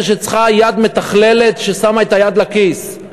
זה שצריכה יד מתכללת ששמה את היד לכיס.